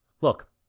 Look